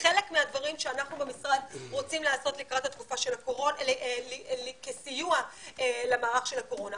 חלק מהדברים שאנחנו במשרד רוצים לעשות כסיוע למערך של הקורונה.